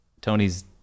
Tony's